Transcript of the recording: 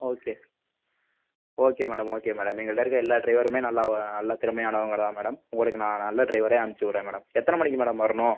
okay okay madam okay madam எங்கள்ட்ட இருக்க எல்லா டிரைவருமே நல்லா நல்லா திறமையானவங்க தான் மேடம் உங்களுக்கு நான் நல்ல டிரைவரே அமுச்சிவிட்றேன் மேடம் எத்தனை மணிக்கு மேடம் வரணும்